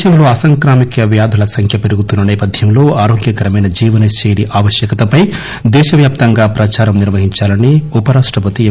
దేశంలో అసాంక్రమిక వ్యాధుల సంఖ్య పెరుగుతున్న నేపథ్యంలో ఆరోగ్యకరమైన జీవనశైలి ఆవశ్యకతపై దేశవ్యాప్తంగా ప్రచారం నిర్వహించాలని ఉపరాష్టపతి ఎం